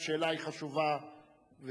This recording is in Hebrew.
השאלה חשובה,